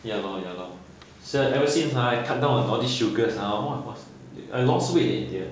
ya loh ya loh so ever since ha I cut down on all these sugar ha !wah! I loss weight leh dear